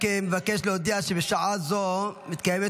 רק אני מבקש להודיע שבשעה זו מתקיימת